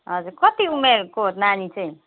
हजुर कति उमेरको नानी चाहिँ